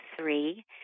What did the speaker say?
three